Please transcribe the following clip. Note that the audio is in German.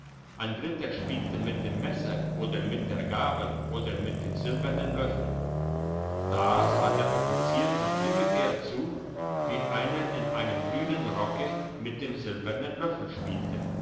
ein dritter spielte mit dem messer oder mit der gabel oder mit dem silbernen löffel da sah der offizier von ungefähr zu wie einer in einem grünen rocke mit dem silbernen löffel spielte